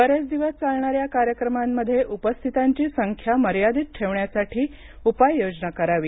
बरेच दिवस चालणाऱ्या कार्यक्रमांमध्ये उपस्थितांची संख्या मर्यादित ठेवण्यासाठी उपाययोजना करावी